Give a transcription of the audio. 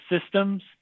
systems